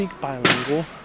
bilingual